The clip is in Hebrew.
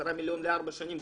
10 מיליון לארבע שנים,